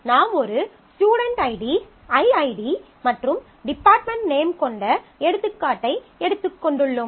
நாம் ஒரு student ID i ID மற்றும் டிபார்ட்மென்ட் நேம் கொண்ட எடுத்துக்காட்டை எடுத்துக் கொண்டுள்ளோம்